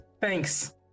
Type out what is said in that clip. Thanks